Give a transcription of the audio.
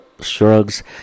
Shrugs